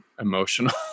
emotional